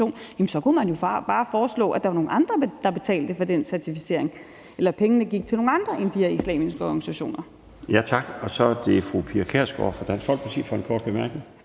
så kunne man jo bare foreslå, at der var nogle andre, der betalte for den certificering, eller at pengene gik nogle andre end de her islamiske organisationer. Kl. 16:51 Den fg. formand (Bjarne Laustsen): Tak. Så er det fru Pia Kjærsgaard fra Dansk Folkeparti for en kort bemærkning.